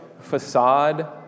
facade